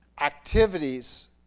activities